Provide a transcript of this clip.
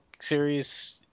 series